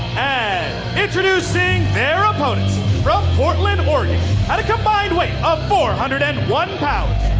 and introducing their opponents from portland, oregon at a combined weight of four hundred and one pounds,